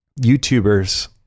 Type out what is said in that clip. YouTubers